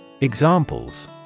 Examples